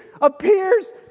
appears